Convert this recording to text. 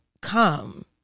come